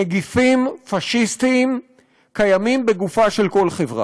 נגיפים פאשיסטיים קיימים בגופה של כל חברה,